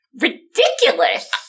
ridiculous